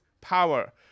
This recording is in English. power